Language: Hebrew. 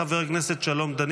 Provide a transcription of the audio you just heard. לוועדה שתקבע ועדת הכנסת נתקבלה.